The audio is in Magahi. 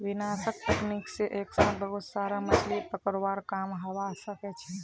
विनाशक तकनीक से एक साथ बहुत सारा मछलि पकड़वार काम हवा सके छे